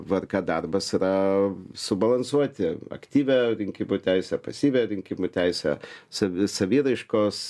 vrk darbas yra subalansuoti aktyvią rinkimų teisę pasyvią rinkimų teisę savi saviraiškos